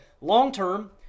long-term